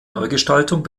neugestaltung